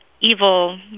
evil